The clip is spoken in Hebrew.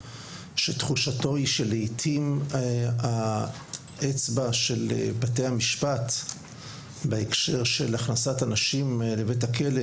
שתחושתו היא שלעתים האצבע של בתי המשפט בהקשר של הכנסת אנשים לבית הכלא,